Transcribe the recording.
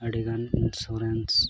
insurance